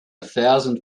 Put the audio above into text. thousand